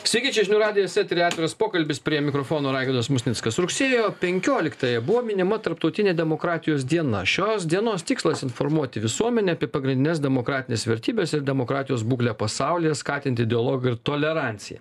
sveiki čia žinių radijas eteryje atviras pokalbis prie mikrofono raigardas musnickas rugsėjo penkioliktąją buvo minima tarptautinė demokratijos diena šios dienos tikslas informuoti visuomenę apie pagrindines demokratines vertybes ir demokratijos būklę pasaulyje skatinti dialogą ir toleranciją